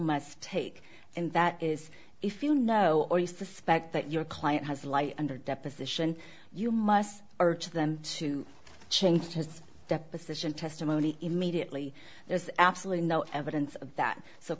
must take and that is if you know or you suspect that your client has lie under deposition you must urge them to change his deposition testimony immediately there's absolutely no evidence of that so